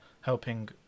helping